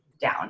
down